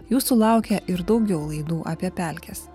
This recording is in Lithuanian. jūsų laukia ir daugiau laidų apie pelkes